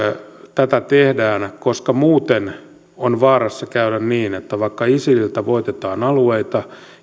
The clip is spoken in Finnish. tätä tehdään koska muuten on vaarassa käydä niin että vaikka isililtä voitetaan alueita